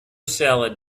salad